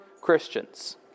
Christians